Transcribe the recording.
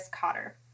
Cotter